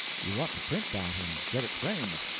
you ought to print that, and get it framed,